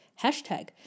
hashtag